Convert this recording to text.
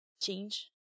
change